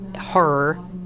horror